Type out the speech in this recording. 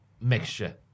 mixture